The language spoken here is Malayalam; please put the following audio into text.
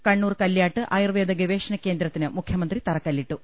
കണ്ണൂർ കല്ല്യാട്ട് ആയുർവേദ ഗവേഷണ കേന്ദ്രത്തിന് മുഖ്യമന്ത്രി തറക്കല്ലിട്ടു